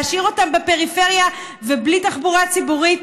להשאיר אותם בפריפריה בלי תחבורה ציבורית